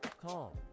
Call